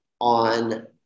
on